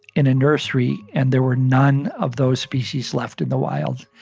in a nursery and there were none of those species left in the wild.